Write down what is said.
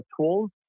tools